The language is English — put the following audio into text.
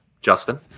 Justin